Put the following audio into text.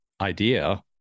idea